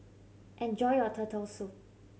enjoy your Turtle Soup